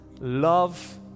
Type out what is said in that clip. love